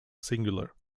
singular